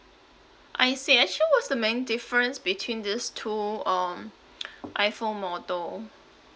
I see actually what's the main difference between these two um iphone model